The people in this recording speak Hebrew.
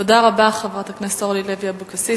תודה רבה, חברת הכנסת אורלי לוי אבקסיס.